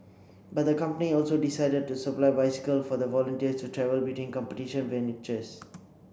but the company also decided to supply bicycles for the volunteers to travel between competition venues